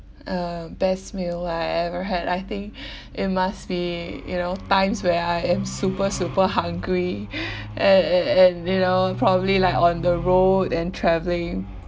uh best meal I ever had I think it must be you know times where I am super super hungry and and and you know probably like on the road and travelling